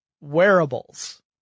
wearables